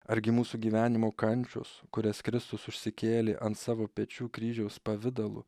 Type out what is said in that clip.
argi mūsų gyvenimo kančios kurias kristus užsikėlė ant savo pečių kryžiaus pavidalu